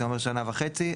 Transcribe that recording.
זה אומר שנה וחצי.